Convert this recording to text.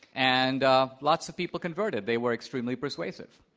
and lots of people converted. they were extremely persuasive.